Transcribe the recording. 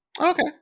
Okay